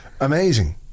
amazing